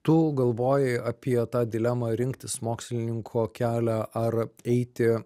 tu galvoji apie tą dilemą rinktis mokslininko kelią ar eiti